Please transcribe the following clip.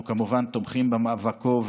אנחנו כמובן תומכים במאבקו.